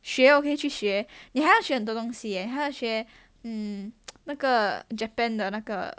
学我可以去学你还要学很多东西还要学 mm 那个 Japan 的那个 ge